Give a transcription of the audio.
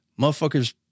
motherfuckers